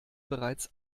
bereits